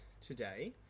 today